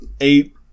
eight